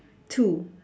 two